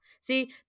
see